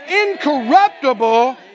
Incorruptible